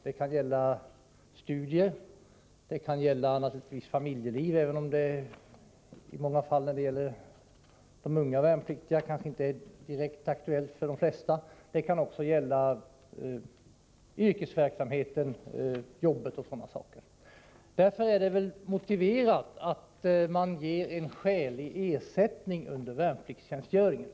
Det kan gälla studier, det kan gälla familjeliv — även om det kanske inte är aktuellt för de flesta av de unga värnpliktiga — och det kan gälla yrkesverksamhet och sådana saker. Därför är det väl motiverat att man ger en skälig ersättning under värnpliktstjänstgöringen.